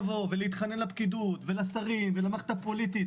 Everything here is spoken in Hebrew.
לבוא ולהתחנן לפקידות ולשרים ולמערכת הפוליטית,